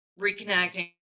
reconnecting